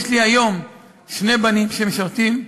יש לי היום שני בנים שמשרתים,